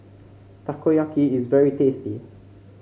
takoyaki is very tasty